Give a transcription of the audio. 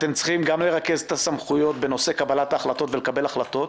אתם צריכים גם לרכז את הסמכויות בנושא קבלת ההחלטות ולקבל החלטות,